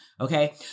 okay